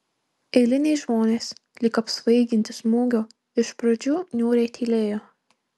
eiliniai žmonės lyg apsvaiginti smūgio iš pradžių niūriai tylėjo